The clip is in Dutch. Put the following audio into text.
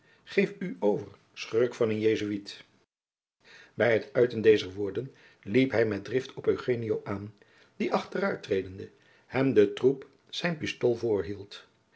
geef u over schurk van een jesuit bij het uiten dezer woorden liep hij met drift op eugenio aan die achteruittredende hem de tromp zijner pistool